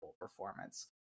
performance